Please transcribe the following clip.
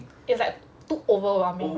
it's like too overwhelming